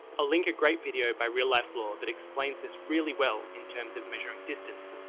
link a great video by reallifelore that explains this really well in terms of measuring distance,